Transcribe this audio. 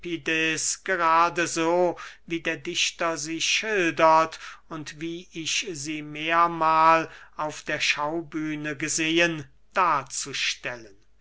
gerade so wie der dichter sie schildert und wie ich sie mehrmahl auf der schaubühne gesehen darzustellen